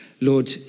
Lord